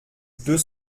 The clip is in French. deux